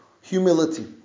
humility